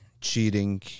cheating